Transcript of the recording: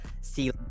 see